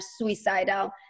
suicidal